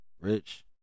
Rich